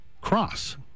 cross